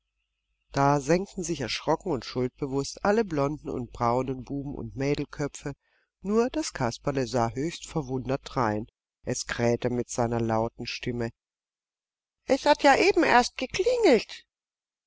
da senkten sich erschrocken und schuldbewußt alle blonden und braunen buben und mädelköpfe nur das kasperle sah höchst verwundert drein es krähte mit seiner lauten stimme es hat ja eben erst geklingelt